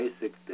basic